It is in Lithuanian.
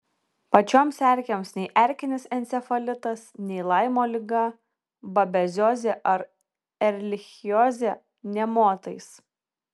pačioms erkėms nei erkinis encefalitas nei laimo liga babeziozė ar erlichiozė nė motais